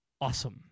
Awesome